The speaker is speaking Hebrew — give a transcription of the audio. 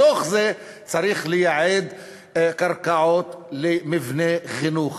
בתוך זה צריך לייעד קרקעות למבני חינוך.